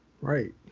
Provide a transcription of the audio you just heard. Right